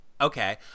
Okay